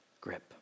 grip